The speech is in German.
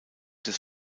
des